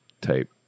type